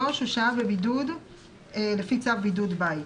3. הוא שהה בבידוד לפי צו בידוד בית".